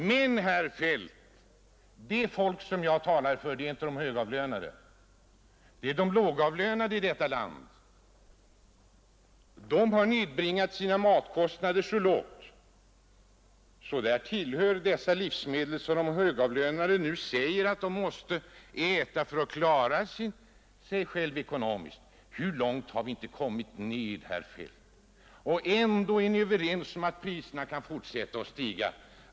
Men, herr Feldt, det folk som jag talar för är inte de högavlönade, det är de lågavlönade i detta land. De har nedbringat sina matkostnader så långt att dessa livsmedel — som de högavlönade nu säger att de måste äta för att klara sig ekonomiskt — nästan tillhör lyxen för dem. Hur långt har vi inte kommit ned, herr Feldt! Och ändå är ni överens om att priserna skall fortsätta att stiga.